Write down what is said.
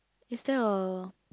is there a